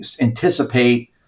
anticipate